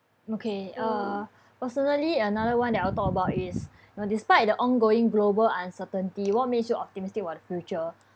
okay uh personally another one that I'll talk about is you know despite the ongoing global uncertainty what makes you optimistic about the future